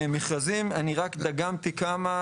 מכרזים, אני רק דגמתי כמה